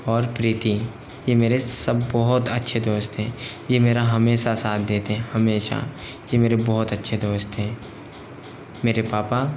और प्रीति ये मेरे सब बहुत अच्छे दोस्त हैं ये मेरा हमेशा साथ देते हैं हमेशा ये मेरे बहुत अच्छे दोस्त हैं मेरे पापा